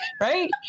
right